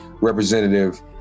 Representative